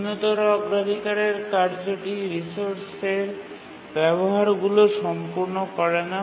নিম্নতর অগ্রাধিকারের কার্যটি রিসোর্সের ব্যবহারগুলি সম্পূর্ণ করে না